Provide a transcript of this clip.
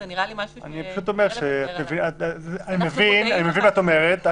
זה נראה לי משהו --- אני מבין מה את אומרת.